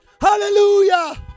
Hallelujah